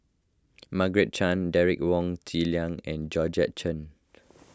Margaret Chan Derek Wong Zi Liang and Georgette Chen